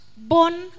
born